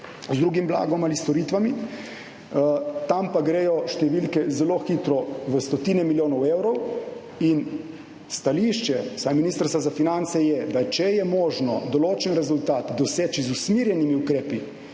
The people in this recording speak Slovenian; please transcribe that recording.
z drugim blagom ali storitvami. Tam pa gredo številke zelo hitro v stotine milijonov evrov. In stališče, vsaj Ministrstva za finance, je, da če je možno določen rezultat doseči z usmerjenimi ukrepi,